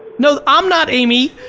no, i'm not amy.